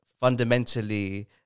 fundamentally